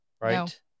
right